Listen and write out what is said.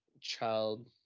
child